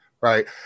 Right